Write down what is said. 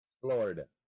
Florida